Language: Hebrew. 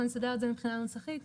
אנחנו נסדר את זה מבחינה נוסחית.